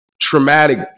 traumatic